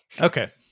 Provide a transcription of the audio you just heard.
okay